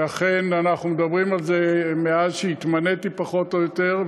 ואכן אנחנו מדברים על זה מאז שהתמניתי פחות או יותר,